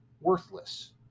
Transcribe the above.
worthless